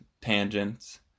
tangents